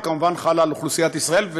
היא כמובן חלה על אוכלוסיית ישראל,